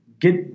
get